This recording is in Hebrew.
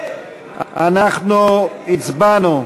אנחנו הצבענו,